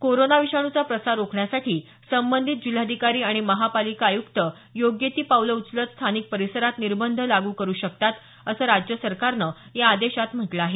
corona विषाणूचा प्रसार रोखण्यासाठी संबंधित जिल्हाधिकारी आणि महापालिका आयुक्त योग्य ती पाऊलं उचलत स्थानिक परिसरात निर्बंध लागू करु शकतात असं राज्य सरकारनं या आदेशात म्हटलं आहे